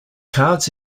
cards